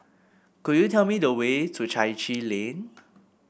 could you tell me the way to Chai Chee Lane